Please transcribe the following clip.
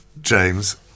james